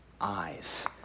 eyes